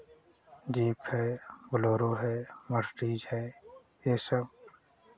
jeep है Bolero है Mercedes है ये सब